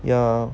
ya